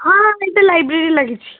ହଁ ଏଇଟା ଲାଇବ୍ରେରୀ ଲାଗିଛି